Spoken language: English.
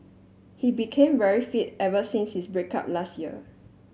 he became very fit ever since his break up last year